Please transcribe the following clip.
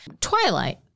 Twilight